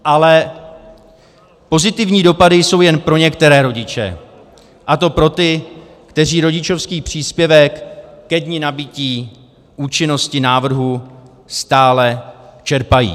Ale pozitivní dopady jsou jen pro některé rodiče, a to pro ty, kteří rodičovský příspěvek ke dni nabytí účinnosti návrhu stále čerpají.